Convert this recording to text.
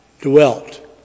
dwelt